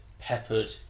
peppered